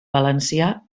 valencià